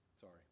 sorry